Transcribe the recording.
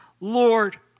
Lord